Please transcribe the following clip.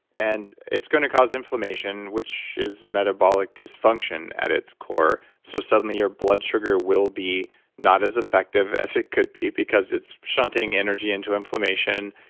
and it's going to cause inflammation, which is metabolic dysfunction at its core. so, suddenly, your blood sugar will be not as effective as it could be, because it's shunting energy into inflammation,